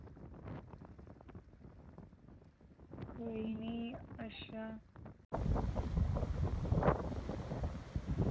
कोई नेईं अच्छा